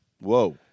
Whoa